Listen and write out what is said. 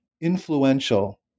influential